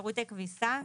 שירותי כביסה.